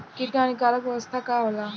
कीट क हानिकारक अवस्था का होला?